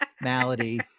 malady